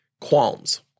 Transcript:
Qualms